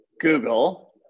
Google